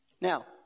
Now